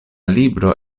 libro